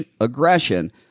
aggression